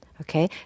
Okay